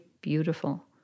beautiful